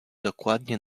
dokładnie